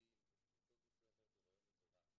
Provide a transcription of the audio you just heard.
יחידים או קבוצות מסוימות הוא רעיון מבורך.